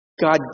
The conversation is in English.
God